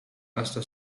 hasta